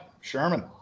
Sherman